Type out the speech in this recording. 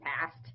past